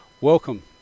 welcome